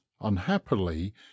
unhappily